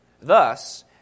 Thus